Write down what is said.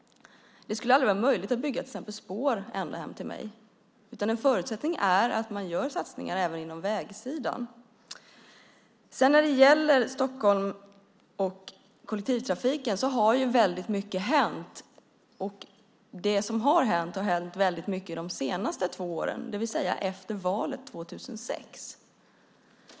Det skulle aldrig vara möjligt att bygga till exempel ett spår ända hem till mig. Nej, en förutsättning är att man gör satsningar även på vägsidan. När det gäller kollektivtrafiken i Stockholm har väldigt mycket hänt. Väldigt mycket av det som har hänt har också hänt de senaste två åren, det vill säga efter valet 2006.